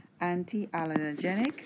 anti-allergenic